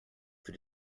für